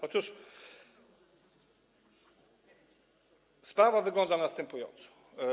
Otóż sprawa wygląda następująco.